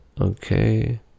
okay